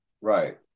Right